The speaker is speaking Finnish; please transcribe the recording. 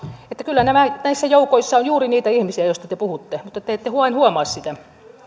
että kyllä näissä joukoissa on juuri niitä ihmisiä joista te puhutte mutta te ette vain huomaa sitä